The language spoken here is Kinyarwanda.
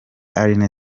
alyn